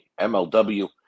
MLW